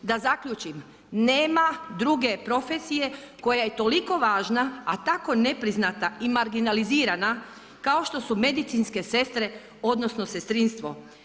Da zaključim, nema druge profesije koja je toliko važna a tako nepriznata i marginalizirana kao što su medicinske sestre odnosno sestrinstvo.